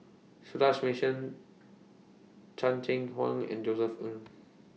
Sundaresh Menon Chan Chang How and Josef Ng